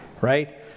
right